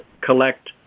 collect